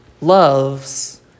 loves